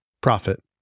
Profit